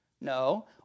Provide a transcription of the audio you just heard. No